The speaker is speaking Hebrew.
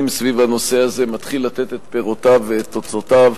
מנהל סביב הנושא הזה מתחיל לתת את פירותיו ואת תוצאותיו.